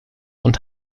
und